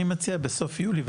אז אני מציע בסוף יולי.